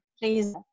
please